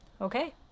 Okay